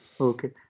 Okay